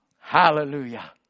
Hallelujah